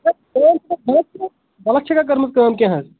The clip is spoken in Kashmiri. غلط چھِکھا کأم کٔرمٕژ کیٚنٛہہ حظ